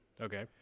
Okay